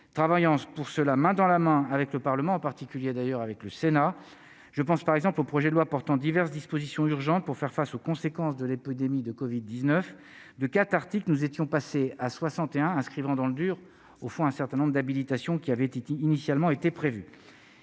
travaillant pour se la main dans la main avec le Parlement, en particulier d'ailleurs avec le Sénat, je pense par exemple au projet de loi portant diverses dispositions urgentes pour faire face aux conséquences de l'épidémie de Covid 19 de 4 articles, nous étions passés à 61, inscrivant dans le dur, au fond, un certain nombre d'habilitation, qui avait été initialement était prévu,